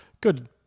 good